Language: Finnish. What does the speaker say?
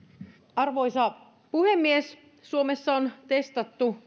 arvoisa puhemies suomessa on testattu